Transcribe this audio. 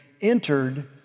entered